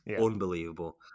Unbelievable